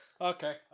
okay